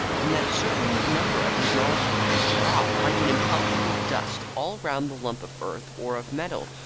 and that a certain number of these molecules were shed off like an impalpable dust, all round the lump of earth or of metal,